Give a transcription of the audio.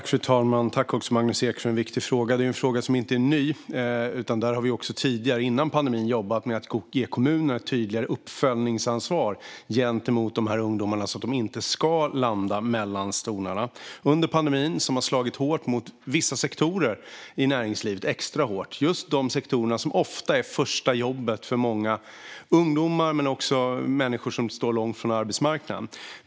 Fru talman! Tack, Magnus Ek, för en viktig fråga! Frågan är inte ny, utan även före pandemin jobbade vi med att ge kommunerna ett tydligare uppföljningsansvar gentemot dessa ungdomar så att de inte hamnar mellan stolarna. Pandemin har slagit extra hårt mot vissa sektorer i näringslivet. Det gäller just de sektorer som ofta har första jobbet för många ungdomar men också människor som står långt från arbetsmarknaden.